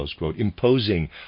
imposing